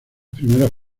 primeras